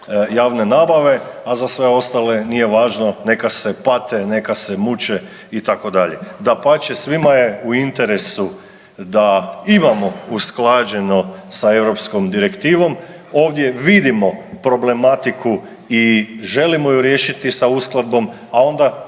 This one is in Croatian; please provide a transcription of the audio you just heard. javne nabave, a za sve ostale nije važno, neka se pate, neka se muče itd.? Dapače, svima je u interesu da imamo usklađeno sa europskom direktivom. Ovdje vidimo problematiku i želimo ju riješiti sa uskladbom, a onda